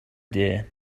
deer